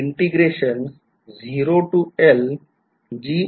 मी